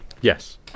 yes